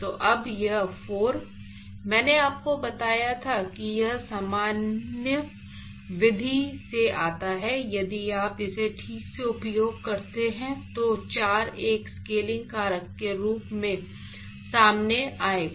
तो अब यह 4 मैंने आपको बताया था कि यह सामान्य विधि से आता है यदि आप इसे ठीक से उपयोग करते हैं तो 4 एक स्केलिंग कारक के रूप में सामने आएगा